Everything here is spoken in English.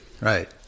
Right